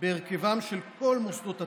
בהרכבם של כל מוסדות התכנון,